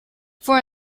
for